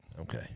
Okay